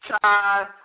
Chai